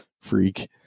freak